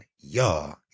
y'all